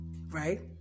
right